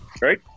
right